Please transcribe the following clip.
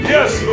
Yes